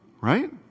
Right